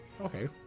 Okay